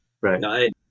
Right